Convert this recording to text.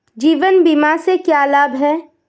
जीवन बीमा से क्या लाभ हैं?